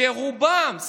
שרובם,